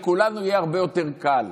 לכולנו יהיה הרבה יותר קל,